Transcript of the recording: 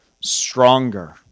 stronger